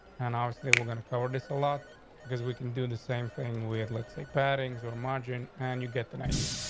and obviously we're gonna cover this a lot because we can do the same thing we have. let's say padding or margin, and you get that idea.